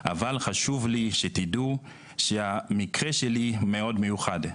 אבל חשוב לי שתדעו שהמקרה שלי הוא מאוד מיוחד.